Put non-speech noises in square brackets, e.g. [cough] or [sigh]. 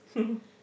[laughs]